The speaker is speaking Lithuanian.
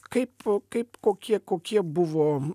kaip kaip kokie kokie buvo